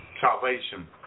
Salvation